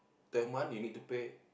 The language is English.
ten month you need to pay